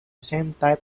type